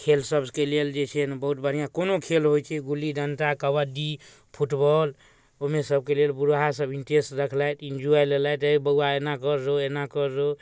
खेलसबके लेल जे छै ने बहुत बढ़िआँ कोनो खेल होइ छै गुल्ली डण्टा कबड्डी फुटबॉल ओहिमे सभकेलेल बुढ़हासभ इन्टरेस्ट रखलथि एन्ज्वॉइ लेलथि रे बौआ एना कर रौ एना कर रौ